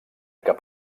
cap